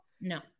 No